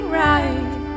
right